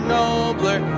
nobler